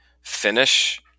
finish